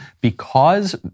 because-